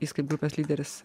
jis kaip grupės lyderis